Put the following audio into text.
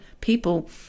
people